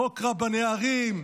חוק רבני ערים,